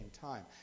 time